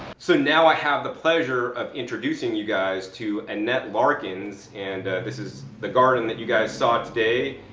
so now i have the pleasure of introducing you guys to annette larkins. and this is the garden that you guys saw today.